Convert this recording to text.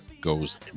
goes